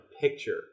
picture